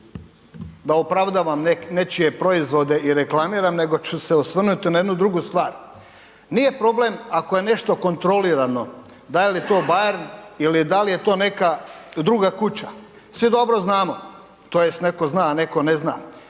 da opravdavam nečije proizvode i reklamiram, nego ću se osvrnuti na jednu drugu stvar. Nije problem ako je nešto kontrolirano, da li je to Bayern ili da li to neka druga kuća, svi dobro znamo, tj. netko zna, a netko ne zna.